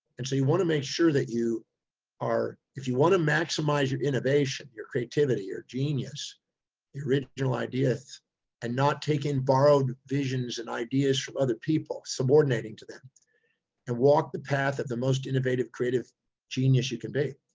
and so you want to make sure that you are, if you want to maximize your innovation, your creativity, or genius, your original idea and not take in borrowed visions and ideas from other people, subordinating to them and walk the path that the most innovative creative genius you can be,